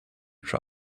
try